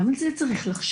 גם על זה צריך לחשוב.